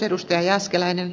arvoisa puhemies